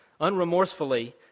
unremorsefully